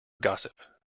gossip